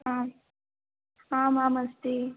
आम् आम् आम् अस्ति